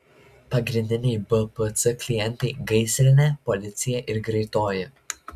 pagrindiniai bpc klientai gaisrinė policija ir greitoji